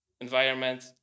environment